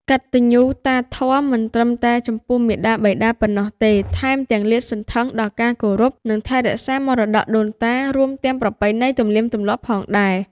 កតញ្ញុតាធម៌មិនត្រឹមតែចំពោះមាតាបិតាប៉ុណ្ណោះទេ ថែមទាំងលាតសន្ធឹងដល់ការគោរព និងថែរក្សាមរតកដូនតា រួមទាំងប្រពៃណីទំនៀមទម្លាប់ផងដែរ។